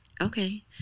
Okay